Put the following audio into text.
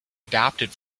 adapted